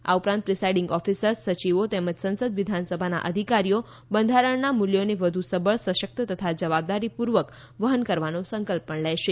આ ઉપરાંત presiding officers સચિવો તેમજ સંસદ વિધાનસભાના અધિકારીઓ બંધારણના મૂલ્યોને વધુ સબળ સશક્ત તથા જવાબદારીપૂર્વક વફન કરવાનો સંકલ્પ પણ લેશે